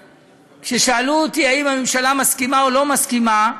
כששאלו אותי אם הממשלה מסכימה או לא מסכימה,